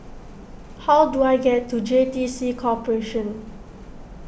how do I get to J T C Corporation